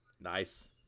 Nice